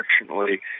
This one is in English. unfortunately